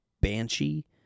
banshee